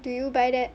do you buy that